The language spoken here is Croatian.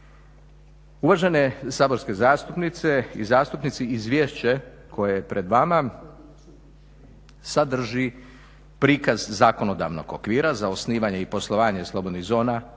Uvažene saborske zastupnice i zastupnici Izviješće koje je pred vama sadrži prikaz zakonodavnog okvira za osnivanje i poslovanje slobodnih zona